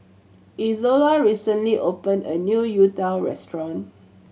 Izola recently opened a new youtiao restaurant